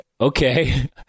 okay